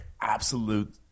absolute